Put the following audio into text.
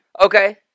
Okay